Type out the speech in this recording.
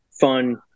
fun